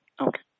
okay